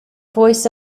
voice